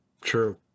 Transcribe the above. True